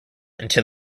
until